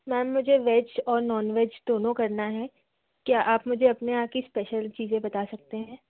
ma'am मुझे veg और non veg दोनों करना है क्या आप मुझे अपने यहाँ की स्पेशल चीज़ें बता सकते हैं